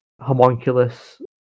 homunculus